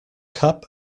cup